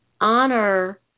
honor